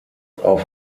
auf